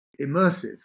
immersive